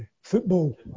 football